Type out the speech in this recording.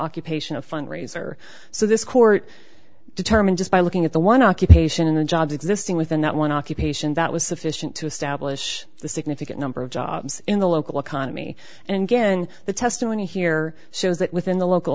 occupation of fundraiser so this court determined just by looking at the one occupation and jobs existing within that one occupation that was sufficient to establish the significant number of jobs in the local economy and again the testimony here shows that within the local